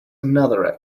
another